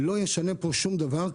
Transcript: לא ישנה פה שום דבר,